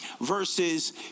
versus